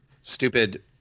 stupid